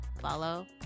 follow